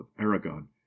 aragon